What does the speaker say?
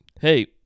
Hey